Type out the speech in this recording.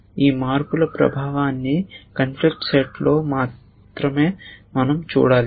ఈ మార్పుల ప్రభావాన్ని కాన్ఫ్లిక్ట్ సెట్లో మాత్రమే మనం చూడాలి